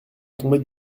tombée